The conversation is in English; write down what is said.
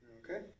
Okay